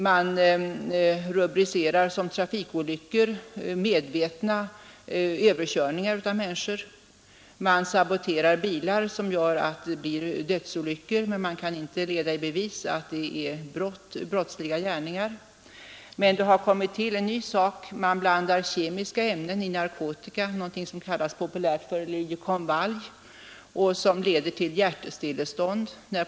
Medvetna överkörningar av människor rubriceras som trafikolyckor. Bilar saboteras så att dödsolyckor inträffar, men den brottsliga gärningen kan inte ledas i bevis. En ny sak har tillkommit. Kemiska ämnen blandas i narkotika — populärt kallas det ”liljekonvalj” — och leder till hjärtstillestånd.